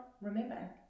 remember